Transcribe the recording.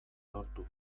lortu